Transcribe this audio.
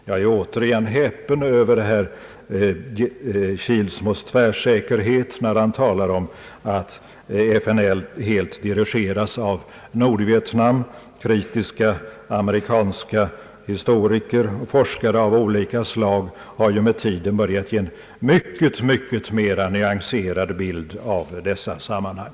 Jag är återigen häpen över herr Kilsmos tvärsäkerhet, när han talar om att FNL helt dirigeras av Nordvietnam. Kritiska amerikanska historiker och forskare av olika slag har ju med tiden börjat ge en mycket mer nyanserad bild av dessa sammanhang.